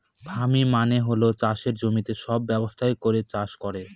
farming মানে হল চাষের জমিতে সব ব্যবস্থা করে চাষ করা